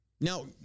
Now